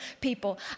people